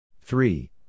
three